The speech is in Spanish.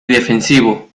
defensivo